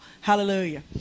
Hallelujah